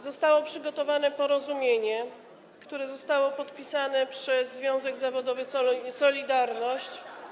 Zostało przygotowane porozumienie, które zostało podpisane przez związek zawodowy „Solidarność”